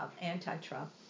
anti-Trump